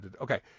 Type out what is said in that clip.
Okay